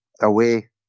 away